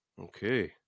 Okay